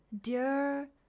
dear